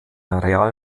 real